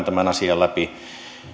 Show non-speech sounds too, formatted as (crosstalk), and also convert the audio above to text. (unintelligible) tämän asian läpi